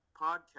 podcast